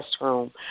restroom